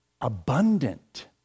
abundant